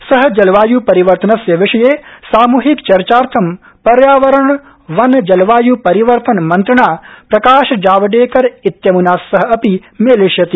स जलवाय् परिवर्तनस्य विषये सामूहिक चर्चार्थ पर्यावरण वन जलवाय् परितर्वन मन्त्रिणा प्रकाश जावडेकर इत्यमूना सह अपि मेलिष्यति